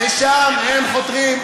לשם הם חותרים.